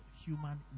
human